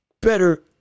better